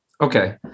Okay